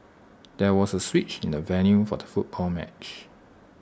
there was A switch in the venue for the football match